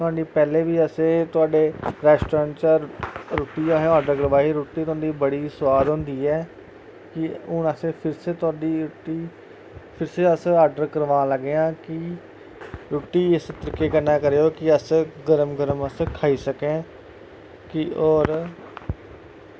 पैह्लें बी असें थुआड़े रेस्टोरेंट च रुट्टी असें ऑर्डर करोआई रुट्टी ते बड़ी सोआद होंदी ऐ कि हून असें फिर से थोआडी फिरसे अस ऑर्डर करोआन लग्गे आं की रुट्टी इस तरीकै कन्नै करेओ की अस गरम गरम अस खाई सकै कि और